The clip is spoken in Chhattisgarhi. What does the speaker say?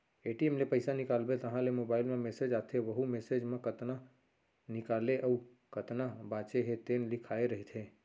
ए.टी.एम ले पइसा निकालबे तहाँ ले मोबाईल म मेसेज आथे वहूँ मेसेज म कतना निकाले अउ कतना बाचे हे तेन लिखाए रहिथे